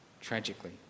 tragically